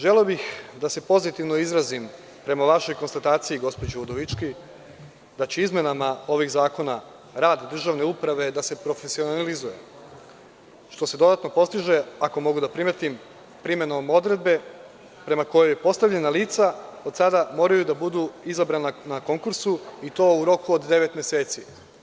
Želeo bih da se pozitivno izrazim prema vašoj konstataciji, gospođo Udovički, da će izmenama ovih zakona rad državne uprave da se profesionalizuje, što se dodatno postiže, ako mogu da primetim, primenom odredbe prema kojoj postavljena lica od sada moraju da budu izabrana na konkursu i to u roku od devet meseci.